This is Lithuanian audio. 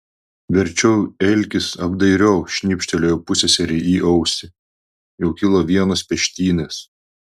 verčiau elkis apdairiau šnypštelėjo pusseserei į ausį jau kilo vienos peštynės